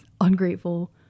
ungrateful